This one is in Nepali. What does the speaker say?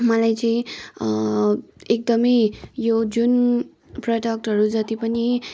मलाई चाहिँ एकदमै यो जुन प्रडक्टहरू जति पनि